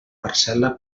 parcel·la